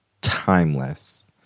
timeless